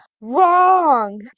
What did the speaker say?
Wrong